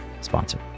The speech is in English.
sponsor